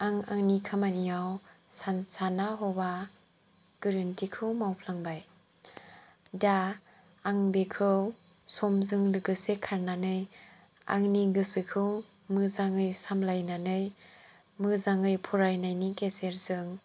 आं आंनि खामानियाव साना हवा गोरोन्थिखौ मावफ्लांबाय दा आं बिखौ समजों लोगोसे खारनानै आंनि गोसोखौ मोजाङै सामलायनानै मोजाङै फरायनायनि गेजेरजों